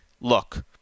look